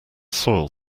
soil